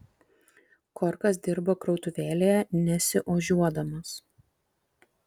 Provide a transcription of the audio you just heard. korkas dirbo krautuvėlėje nesiožiuodamas